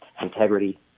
integrity